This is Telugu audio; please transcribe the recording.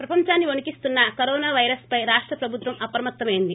ప్రపందాన్ని వణికిస్తోన్స కరోనా వైరస్పై రాష్ట ప్రభుత్వం అప్రమత్తమైంది